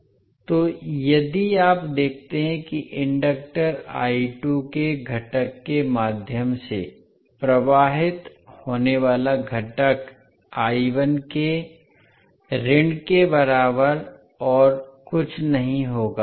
इसलिए यदि आप देखते हैं कि इंडक्टर के घटक के माध्यम से प्रवाहित होने वाला घटक के ऋण के बराबर और कुछ नहीं होगा